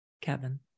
Kevin